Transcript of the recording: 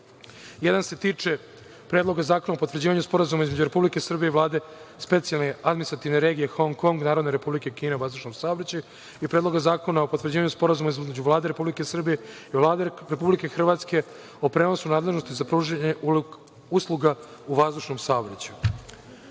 Predloga zakona o potvrđivanju Sporazuma između Republike Srbije i Vlade Specijalne administrativne regije Hong Kong Narodne Republike Kine o vazdušnom saobraćaju i Predloga zakona o potvrđivanju Sporazuma između Vlade Republike Srbije i Vlade Republike Hrvatske o prenosu nadležnosti za pružanje usluga u vazdušnom saobraćaju.